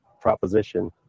proposition